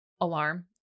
alarm